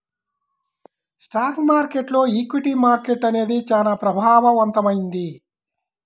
stock మార్కెట్టులో equity మార్కెట్టు అనేది చానా ప్రభావవంతమైంది